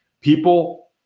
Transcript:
people